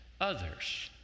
others